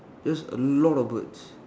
just a lot of birds